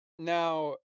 Now